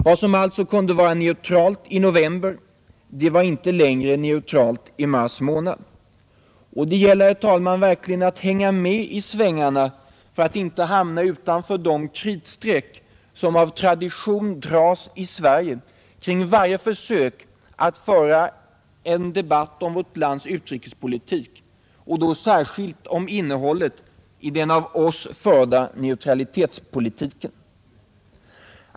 Vad som alltså kunde vara neutralt i november var inte längre neutralt i mars månad. Det gäller, herr talman, verkligen att hänga med i svängarna för att inte hamna utanför de kritstreck som av tradition dras i Sverige kring varje försök att föra en debatt om vårt lands utrikespolitik och då särskilt om innehållet i den av oss förda neutralitetspolitiken.